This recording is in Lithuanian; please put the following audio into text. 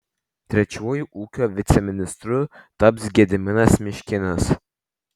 trečiuoju ūkio viceministru taps gediminas miškinis